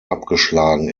abgeschlagen